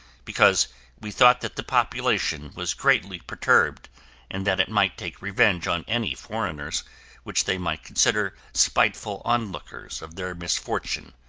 because we thought that the population was greatly perturbed and that it might take revenge on any foreigners which they might consider spiteful onlookers of their misfortune,